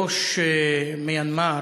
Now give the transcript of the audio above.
בראש מיאנמר,